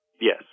Yes